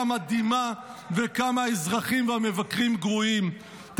מדהימה וכמה האזרחים והמבקרים גרועים,